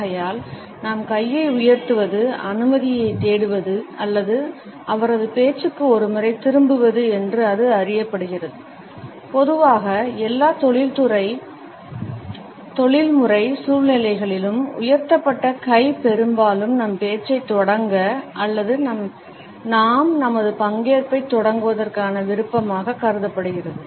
ஆகையால் நாம் கையை உயர்த்துவது அனுமதியைத் தேடுவது அல்லது அவரது பேச்சுக்கு ஒருமுறை திரும்புவது என்று அது அறியப்படுகிறது பொதுவாக எல்லா தொழில்முறை சூழ்நிலைகளிலும் உயர்த்தப்பட்ட கை பெரும்பாலும் நம் பேச்சைத் தொடங்க அல்லது நாம் நமது பங்கேற்பைத் தொ டங்குவதற்கான விருப்பமாகக் கருதப்படுகிறது